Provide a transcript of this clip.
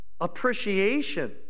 Appreciation